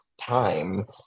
time